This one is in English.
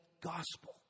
gospel